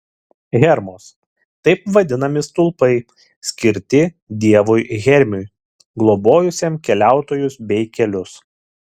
hermos taip vadinami stulpai skirti dievui hermiui globojusiam keliautojus bei kelius